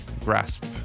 grasp